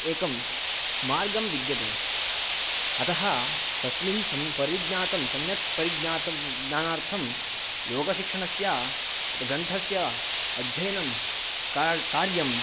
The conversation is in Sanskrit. एकं मार्गं विद्यते अतः तस्मिन् सम् परिज्ञातं सम्यक् परिज्ञातं ज्ञानार्थं योगशिक्षणस्य ग्रन्थस्य अध्ययनं क् कार्यम्